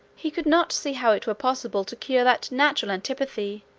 he could not see how it were possible to cure that natural antipathy,